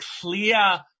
clear